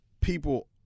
people